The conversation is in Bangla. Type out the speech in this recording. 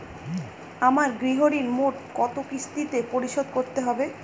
আমার গৃহঋণ মোট কত কিস্তিতে পরিশোধ করতে হবে?